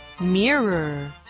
Mirror